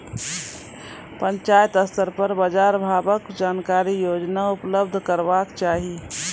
पंचायत स्तर पर बाजार भावक जानकारी रोजाना उपलब्ध करैवाक चाही?